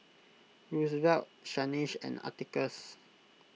Roosevelt Shanice and Atticus